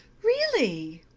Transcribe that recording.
really!